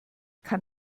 kann